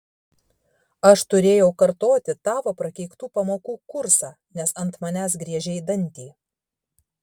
aš turėjau kartoti tavo prakeiktų pamokų kursą nes ant manęs griežei dantį